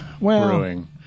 brewing